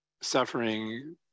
suffering